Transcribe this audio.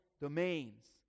domains